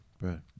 right